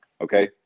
Okay